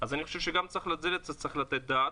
אז גם לזה צריך לתת את הדעת,